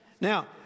Now